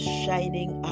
shining